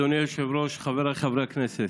אדוני היושב-ראש, חבריי חברי הכנסת,